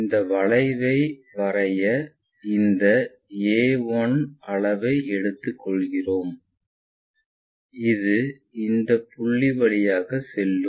இந்த வளைவை வரைய இந்த a1 அளவை எடுத்துக் கொள்கிறோம் இது இந்த புள்ளி வழியாகச் செல்லும்